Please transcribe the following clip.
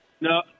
No